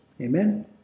Amen